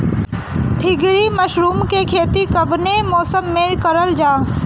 ढीघरी मशरूम के खेती कवने मौसम में करल जा?